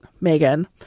Megan